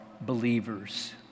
believers